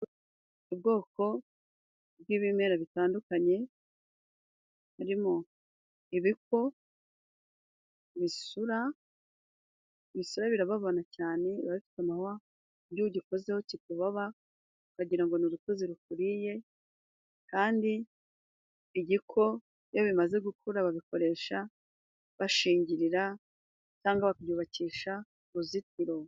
Ubwoko bw'ibimera bitandukanye, harimo ibiko, ibisura, ibisura birababana cyane biba bifite amahwa, ku buryo oyo ugikozeho kikubaba, ukagira ngo ni urutozi rukuriye kandi igikoni. Iyo bimaze gukura babikoresha bashingirira cyangwa babyubakisha uruzitiro.